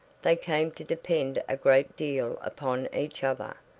they came to depend a great deal upon each other,